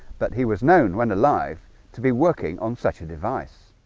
but he was known when alive to be working on such a device